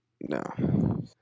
No